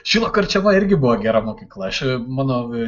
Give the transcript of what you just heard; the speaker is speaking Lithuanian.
šilo karčema irgi buvo gera mokykla aš manau